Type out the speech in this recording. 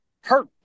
hurt